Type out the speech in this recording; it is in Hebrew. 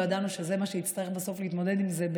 לא ידענו שזה מה שנצטרך להתמודד איתו בסוף,